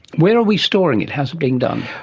where are we storing it? how is it being done?